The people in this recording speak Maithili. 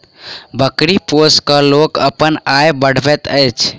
बकरी पोसि क लोक अपन आय बढ़बैत अछि